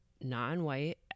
non-white